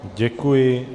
Děkuji.